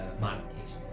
modifications